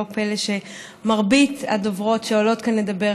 לא פלא שמרבית הדוברים שעולים כאן לדבר,